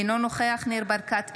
אינו נוכח ניר ברקת,